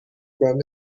from